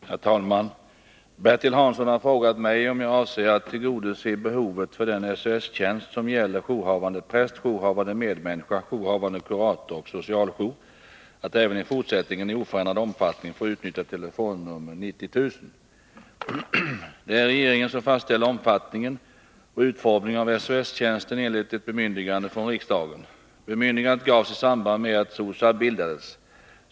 Herr talman! Bertil Hansson har frågat mig om jag avser att tillgodose behovet för den SOS-tjänst som gäller jourhavande präst, jourhavande medmänniska, jourhavande kurator och socialjour att även i fortsättningen i oförändrad omfattning få utnyttja telefonnummer 90 000. Det är regeringen som fastställer omfattningen och utformningen av SOS-tjänsten enligt ett bemyndigande från riksdagen. Bemyndigandet gavs i samband med att SOSAB bildades.